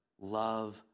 love